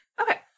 Okay